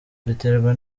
biterwa